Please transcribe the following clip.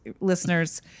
listeners